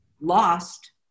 lost